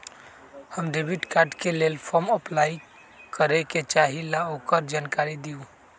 हम debit card के लेल फॉर्म अपलाई करे के चाहीं ल ओकर जानकारी दीउ?